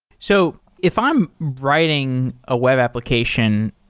so if i'm writing a web application,